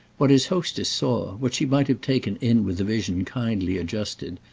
what his hostess saw, what she might have taken in with a vision kindly adjusted,